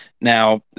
Now